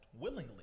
willingly